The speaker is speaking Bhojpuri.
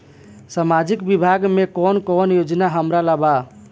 सामाजिक विभाग मे कौन कौन योजना हमरा ला बा?